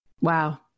wow